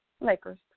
Lakers